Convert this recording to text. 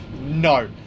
no